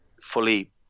fully